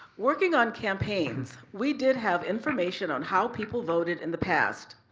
working on campaigns, we did have information on how people voted in the past.